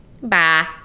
Bye